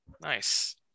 Nice